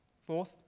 Fourth